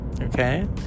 Okay